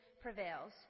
prevails